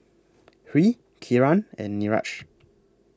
Hri Kiran and Niraj